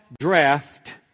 draft